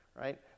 Right